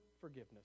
forgiveness